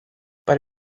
bei